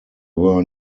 were